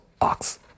Ox